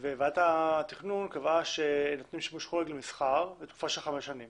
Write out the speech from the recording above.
וועדת התכנון קבעה שנותנים שימוש חורג למסחר לתקופה של חמש שנים